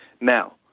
Now